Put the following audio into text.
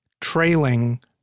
trailing